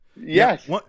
Yes